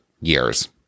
years